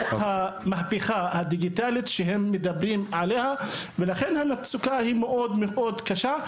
המהפכה הדיגיטלית שהם מדברים עליה ולכן המצוקה היא מאוד קשה.